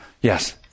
Yes